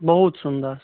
बहुत सुंदर